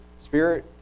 spirit